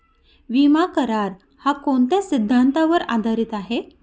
विमा करार, हा कोणत्या सिद्धांतावर आधारीत आहे?